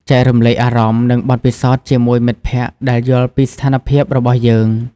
ចែករំលែកអារម្មណ៍ និងបទពិសោធន៍ជាមួយមិត្តភក្តិដែលយល់ពីស្ថានភាពរបស់យើង ។